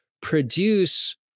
produce